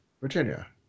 Virginia